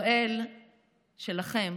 בראל שלכם